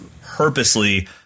purposely